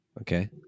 Okay